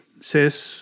says